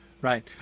right